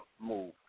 move